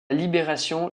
libération